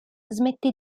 smette